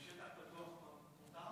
בשטח פתוח מותר?